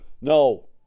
No